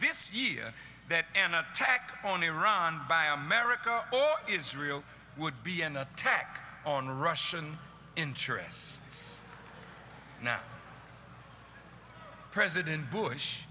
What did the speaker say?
this year that an attack on iran by america or israel would be an attack on russian interests now president bush